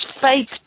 faith